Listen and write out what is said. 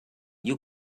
you